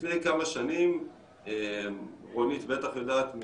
לפני כמה שנים, רונית משב"ס בטח יודעת,